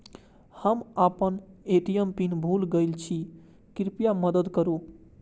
हम आपन ATM PIN भूल गईल छी, कृपया मदद करू